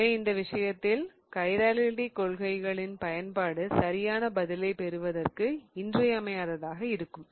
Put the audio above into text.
எனவே இந்த விஷயத்தில் கைராலிட்டி கொள்கைகளின் பயன்பாடு சரியான பதிலைப் பெறுவதற்கு இன்றியமையாததாக இருக்கும்